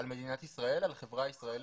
על מדינת ישראל ועל החברה הישראלית?